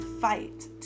fight